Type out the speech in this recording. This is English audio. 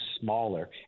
smaller